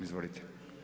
Izvolite.